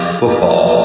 football